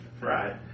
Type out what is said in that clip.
right